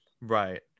Right